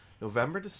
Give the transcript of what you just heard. November